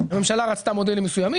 הממשלה רצתה מודלים מסוימים,